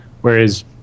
whereas